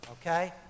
okay